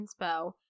inspo